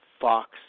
Fox